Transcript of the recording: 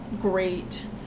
great